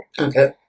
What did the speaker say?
Okay